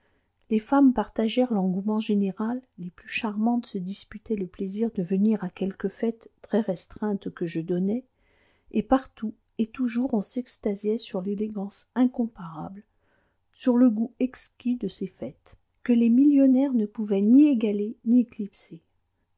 les femmes partagèrent l'engouement général les plus charmantes se disputaient le plaisir de venir à quelques fêtes très restreintes que je donnais et partout et toujours on s'extasiait sur l'élégance incomparable sur le goût exquis de ces fêtes que les millionnaires ne pouvaient ni égaler ni éclipser